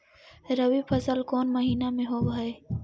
रबी फसल कोन महिना में होब हई?